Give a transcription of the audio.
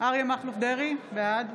אריה מכלוף דרעי, בעד